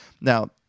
now